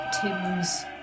Tim's